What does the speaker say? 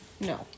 No